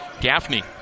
Gaffney